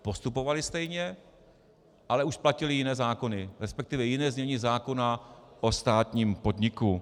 Postupovali stejně, ale už platily jiné zákony, resp. jiné znění zákona o státním podniku.